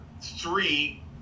three